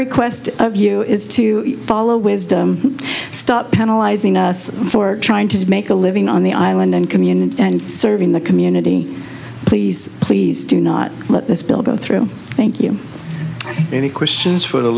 request of you is to follow wisdom stop penalize ing us for trying to make a living on the island and community and serving the community please please do not let this bill go through thank you any questions for the